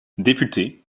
député